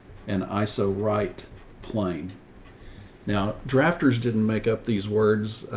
and i, so right plane now drafters didn't make up these words,